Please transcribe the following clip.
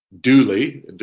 duly